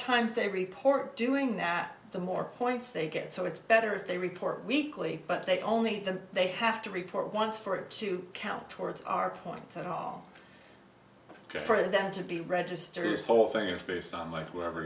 times they report doing that the more points they get so it's better if they report weekly but they only then they have to report once for it to count towards our point at all ok for them to be registered this whole thing is based on what whoever